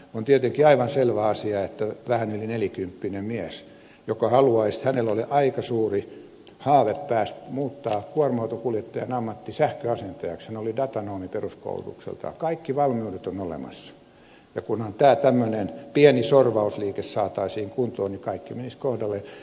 on tietenkin aivan selvä asia vähän yli nelikymppinen mies jolla oli aika suuri haave muuttaa kuorma autonkuljettajan ammatti sähköasentajaksi hän oli datanomi peruskoulutukseltaan kaikki valmiudet on olemassa että kunhan tämä pieni sorvausliike saataisiin kuntoon niin kaikki menisi kohdalleen